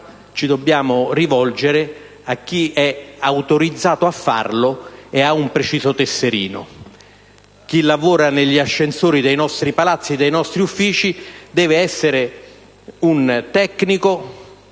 ci dobbiamo rivolgere a chi è autorizzato a farlo ed è munito di un preciso tesserino; chi lavora negli ascensori dei nostri palazzi o dei nostri uffici deve essere un tecnico